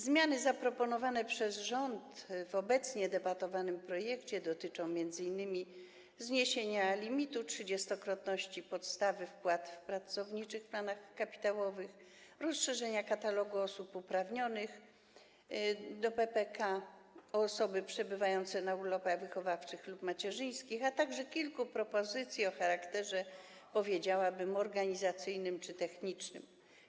Zmiany zaproponowane przez rząd w projekcie, nad którym obecnie debatujemy, dotyczą m.in. zniesienia limitu trzydziestokrotności podstawy wpłat w pracowniczych planach kapitałowych, rozszerzenia katalogu osób uprawnionych do PPK o osoby przebywające na urlopach wychowawczych lub macierzyńskich, a także kilku propozycji o charakterze organizacyjnym czy technicznym.